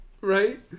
right